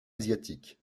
asiatique